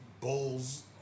bulls